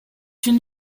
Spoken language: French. une